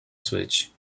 switch